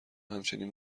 همچنین